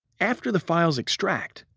after the files extract,